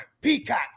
Peacock